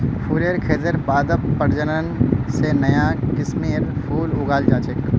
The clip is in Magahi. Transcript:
फुलेर खेतत पादप प्रजनन स नया किस्मेर फूल उगाल जा छेक